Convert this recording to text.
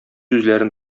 үзләрен